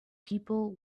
people